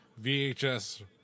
VHS